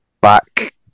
back